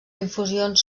infusions